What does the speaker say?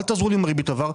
אל תעזרו לי עם הריבית עבר.